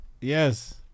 Yes